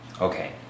Okay